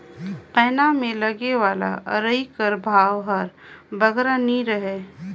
पैना मे लगे वाला अरई कर भाव हर बगरा नी रहें